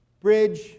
bridge